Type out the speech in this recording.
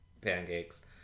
pancakes